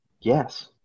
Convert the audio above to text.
yes